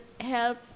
help